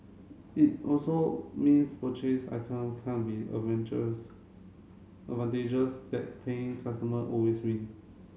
it also means purchased item can't be adventures advantageous that paying customer always win